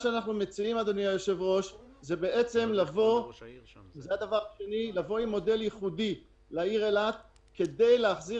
אנחנו מציעים לבוא עם מודל ייחודי כדי להחזיר